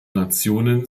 nationen